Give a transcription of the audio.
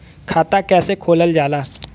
खाता कैसे खोलल जाला?